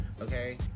Okay